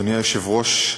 אדוני היושב-ראש,